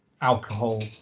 alcohol